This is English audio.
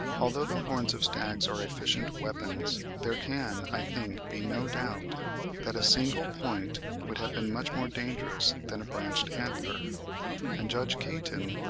although the horns of stags are efficient weapons, there can, i think, be no doubt that a single point would have been much more dangerous than a branched antler and judge caton,